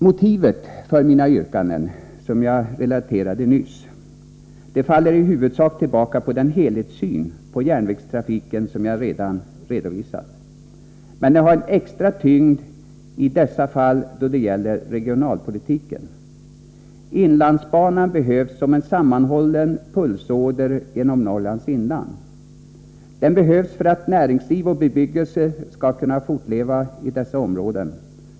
Motivet för mitt yrkande, som jag relaterade nyss, faller i huvudsak tillbaka på den helhetssyn på järnvägstrafiken som jag redan redovisat, men det har en extra tyngd i dessa fall, då det gäller regionalpolitiken. Inlandsbanan behövs som en sammanhållen pulsåder genom Norrlands inland. Den behövs för att näringsliv och bebyggelse skall fortleva i dessa områden.